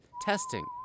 testing